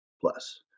plus